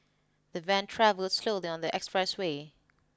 the van travelled slowly on the expressway